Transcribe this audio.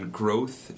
growth